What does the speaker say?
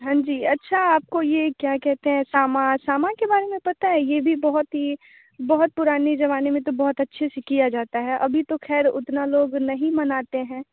हाँ जी अच्छा आपको ये क्या कहते हैं सामा सामा के बारे में पाता है ये भी बहुत ही बहुत पुराने ज़माने में तो बहुत अच्छे से किया जाता है अभी तो ख़ैर उतना लोग नहीं मनाते हैं